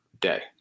day